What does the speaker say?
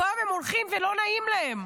והיום הם הולכים ולא נעים להם.